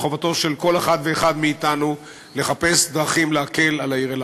זה חובתו של כל אחד ואחד מאתנו לחפש דרכים להקל על העיר אילת.